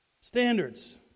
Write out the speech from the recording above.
Standards